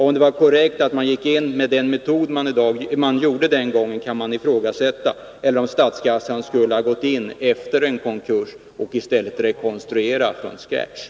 Men man kan ifrågasätta om det var korrekt metod som användes den gången, eller om statskassan borde ha gått in efter en konkurs och i stället rekonstruerat från scratch.